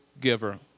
giver